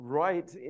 right